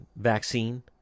vaccine